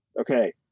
Okay